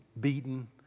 beaten